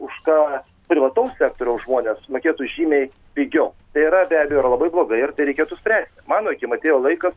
už ką privataus sektoriaus žmonės mokėtų žymiai pigiau tai yra be abejo yra labai blogai ir tai reikėtų spręsti mano akim atėjo laikas